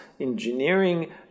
engineering